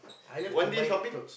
I love to buy clothes